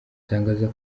atangaza